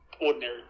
ordinary